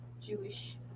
Jewish